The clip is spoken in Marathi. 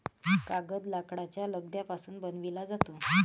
कागद लाकडाच्या लगद्यापासून बनविला जातो